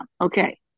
Okay